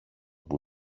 που